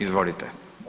Izvolite.